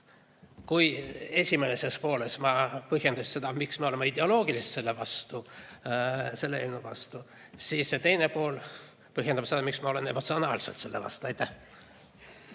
Kui ma esimeses pooles põhjendasin seda, miks me oleme ideoloogiliselt selle eelnõu vastu, siis see teine pool põhjendab seda, miks ma olen emotsionaalselt selle vastu. Aitäh!